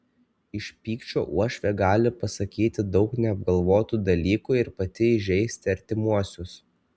iš pykčio uošvė gali pasakyti daug neapgalvotų dalykų ir pati įžeisti artimuosius